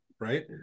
right